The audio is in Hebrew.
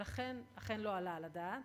ולכן אכן לא עלה על הדעת,